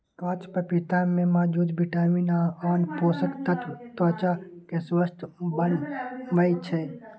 कांच पपीता मे मौजूद विटामिन आ आन पोषक तत्व त्वचा कें स्वस्थ बनबै छै